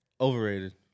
Overrated